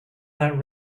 that